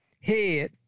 head